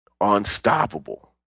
Unstoppable